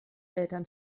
eltern